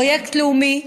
פרויקט לאומי,